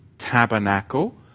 tabernacle